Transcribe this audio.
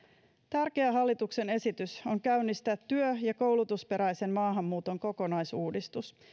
tärkeä hallituksen esitys on käynnistää työ ja koulutusperäisen maahanmuuton kokonaisuudistus